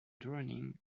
drawing